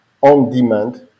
on-demand